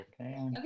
Okay